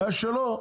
בעיה שלו.